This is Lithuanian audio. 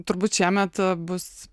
turbūt šiemet bus